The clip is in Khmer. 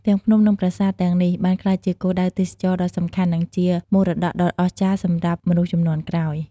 ទាំងភ្នំ និងប្រាសាទទាំងនេះបានក្លាយជាគោលដៅទេសចរណ៍ដ៏សំខាន់ និងជាមរតកដ៏អស្ចារ្យសម្រាប់មនុស្សជំនាន់ក្រោយ។